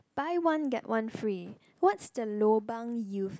buy one get one free what's the lobang you